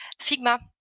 Figma